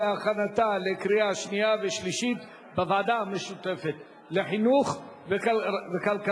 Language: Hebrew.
ההכנה לקריאה שנייה ושלישית תהיה בוועדה המשותפת לחינוך וכלכלה.